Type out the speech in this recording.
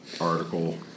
article